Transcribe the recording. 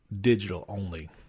digital-only